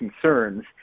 concerns